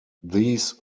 these